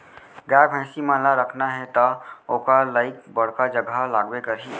गाय भईंसी मन ल राखना हे त ओकर लाइक बड़का जघा लागबे करही